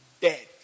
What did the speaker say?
dead